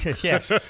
yes